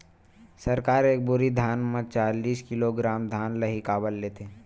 सरकार एक बोरी धान म चालीस किलोग्राम धान ल ही काबर लेथे?